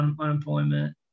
unemployment